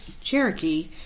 Cherokee